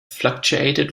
fluctuated